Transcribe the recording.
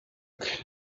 that